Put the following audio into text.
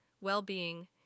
well-being